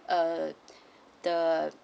uh the